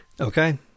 Okay